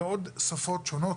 ועוד שפות שונות,